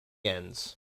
ends